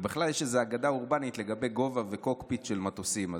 ובכלל יש איזה אגדה אורבנית לגבי גובה וקוקפיט של מטוסים.